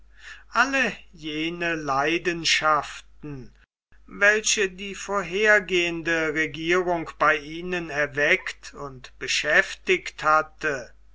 alle jene leidenschaften welche die vorhergehende regierung bei ihnen erweckt und beschäftigt hatte